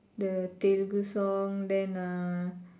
the Telugu song then uh